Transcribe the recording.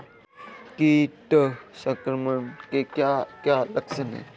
कीट संक्रमण के क्या क्या लक्षण हैं?